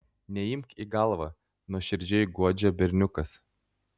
neimk į galvą nuoširdžiai guodžia berniukas